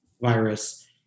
virus